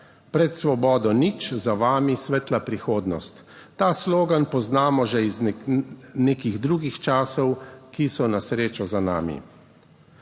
"Pred svobodo nič za vami, svetla prihodnost". Ta slogan poznamo že iz nekih drugih časov, ki so na srečo za nami.